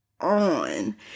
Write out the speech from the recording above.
on